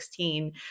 2016